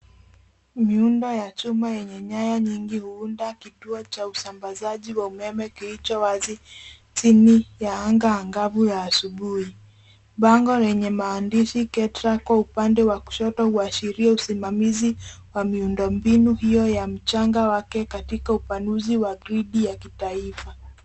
Miundo ya chuma yenye nyaya nyingi huunda kituo cha usambazaji wa umeme kilicho wazi chini ya anga angavu la asubuhi. Bango lenye maandishi Ketraco upande wa kushoto huashiria usimamizi wa miundombinu hiyo ya mchanga wake katika upanuzi wa gridi ya kitaifa.